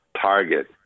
target